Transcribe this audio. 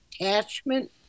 attachment